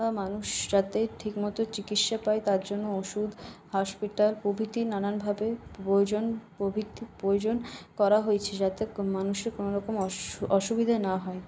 মানুষ যাতে ঠিকমতো চিকিৎসা পায় তার জন্য ওষুধ হসপিটাল প্রভৃতি নানানভাবে প্রয়োজন প্রভৃতি প্রয়োজন করা হয়েছে যাতে মানুষের কোনোরকম অসুবিধা না হয়